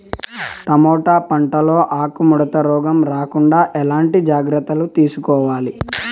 Tomato పంట లో ఆకు ముడత రోగం రాకుండా ఎట్లాంటి జాగ్రత్తలు తీసుకోవాలి?